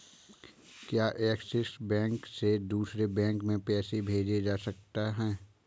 क्या Axis bank से दूसरे बैंक में पैसे भेजे जा सकता हैं?